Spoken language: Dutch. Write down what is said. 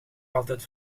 altijd